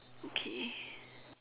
okay